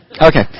Okay